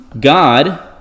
God